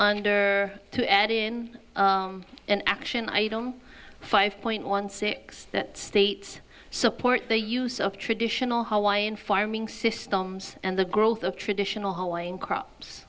under two add in an action item five point one six that states support the use of traditional hawaiian farming systems and the growth of traditional hawaiian crops